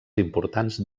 importants